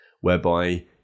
whereby